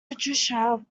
patricia